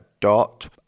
dot